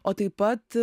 o taip pat